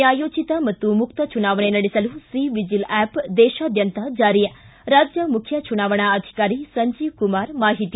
ನ್ಯಾಯೋಚಿತ ಮತ್ತು ಮುಕ್ತ ಚುನಾವಣೆ ನಡೆಸಲು ಸಿ ವಿಜಿಲ್ ಆ್ಯಪ್ ದೇಶಾದ್ಯಂತ ಜಾರಿ ರಾಜ್ಯ ಮುಖ್ಯ ಚುನಾವಣಾ ಅಧಿಕಾರಿ ಸಂಜೇವ ಕುಮಾರ್ ಮಾಹಿತಿ